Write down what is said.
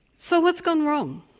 so what's gone wrong?